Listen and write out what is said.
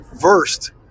versed